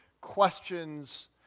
questions